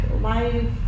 life